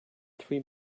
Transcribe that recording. three